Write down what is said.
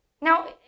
Now